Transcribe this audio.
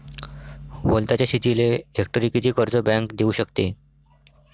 वलताच्या शेतीले हेक्टरी किती कर्ज बँक देऊ शकते?